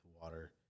water